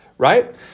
Right